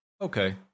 Okay